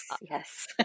Yes